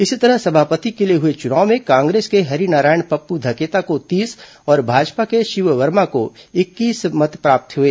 इसी तरह सभापति के लिए हुए चुनाव कांग्रेस के हरिनारायण पप्पू धकेता को तीस और भाजपा के शिव वर्मा को इक्कीस मत मिले